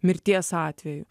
mirties atveju